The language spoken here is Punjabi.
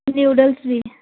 noodles we